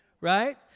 right